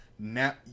now